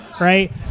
right